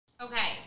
Okay